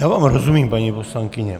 Já vám rozumím, paní poslankyně.